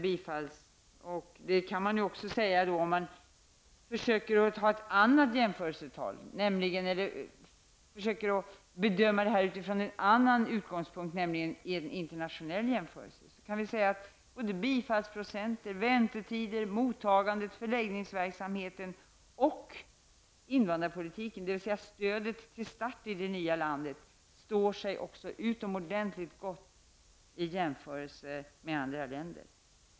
Man kan också försöka bedöma detta utifrån en annan utgångspunkt och göra en internationell jämförelse. Bifallsprocent, väntetider, mottagande, förläggningsverksamhet och invandringspolitik, dvs. stödet till start i det nya landet, står sig utomordentligt gott i jämförelse med andra länder.